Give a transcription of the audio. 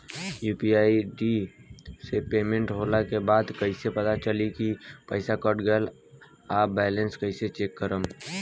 UPI ID से payment होला के बाद कइसे पता चली की पईसा कट गएल आ बैलेंस कइसे चेक करम?